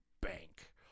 bank